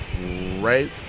Right